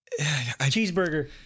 Cheeseburger